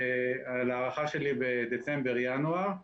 להערכתי בדצמבר-ינואר.